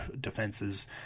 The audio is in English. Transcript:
defenses